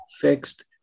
fixed